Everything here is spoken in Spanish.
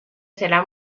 será